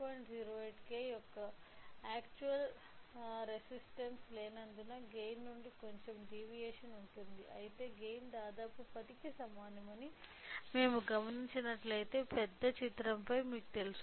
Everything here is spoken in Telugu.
08 K యొక్క ఆక్టుఅల్ రెసిస్టన్స్ లేనందున గైన్ నుండి కొంచెం డీవియేషన్ ఉంటుంది అయితే గైన్ దాదాపు 10 కి సమానమని మేము గమనించినట్లయితే పెద్ద చిత్రంపై మీకు తెలుసు